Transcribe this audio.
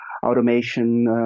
Automation